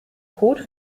code